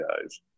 guys